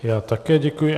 Já také děkuji.